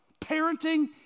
Parenting